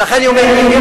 ולכן אני אומר, אם יש